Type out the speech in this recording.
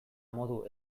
modu